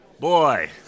Boy